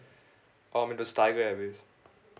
um it was tiger airways